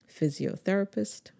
physiotherapist